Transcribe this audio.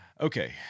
okay